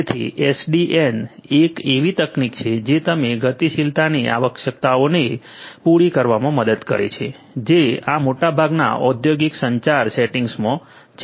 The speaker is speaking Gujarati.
તેથી એસડીએન એક એવી તકનીક છે જે તમને ગતિશીલતાની આવશ્યકતાઓને પૂરી કરવામાં મદદ કરી શકે છે જે આ મોટાભાગના ઔદ્યોગિક સંચાર સેટિંગ્સમાં છે